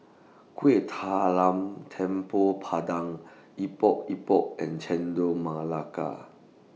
Kuih Talam Tepong Pandan Epok Epok and Chendol Melaka